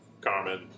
Carmen